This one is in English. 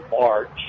March